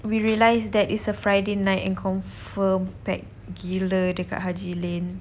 we realised that it's a friday night and confirm packed gila dekat haji lane